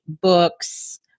books